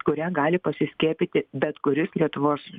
kuria gali pasiskiepyti bet kuris lietuvos